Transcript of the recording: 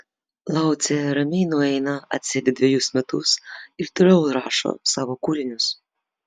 laucė ramiai nueina atsėdi dvejus metus ir toliau rašo savo kūrinius